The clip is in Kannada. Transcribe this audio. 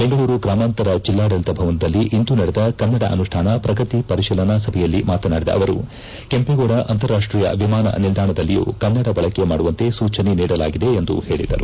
ಬೆಂಗಳೂರು ಗ್ರಾಮಾಂತರ ಜಿಲ್ಲಾಡಳಿತ ಭವನದಲ್ಲಿ ಇಂದು ನಡೆದ ಕನ್ನಡ ಅನುಷ್ಠಾನ ಪ್ರಗತಿ ಪರಿಶೀಲನಾ ಸಭೆಯಲ್ಲಿ ಮಾತನಾಡಿದ ಅವರು ಕೆಂಪೇಗೌಡ ಅಂತರಾಷ್ಟೀಯ ವಿಮಾನ ನಿಲ್ದಾಣದಲ್ಲಿಯೂ ಕನ್ನಡ ಬಳಕೆ ಮಾಡುವಂತೆ ಸೂಚನೆ ನೀಡಲಾಗಿದೆ ಎಂದು ಹೇಳಿದರು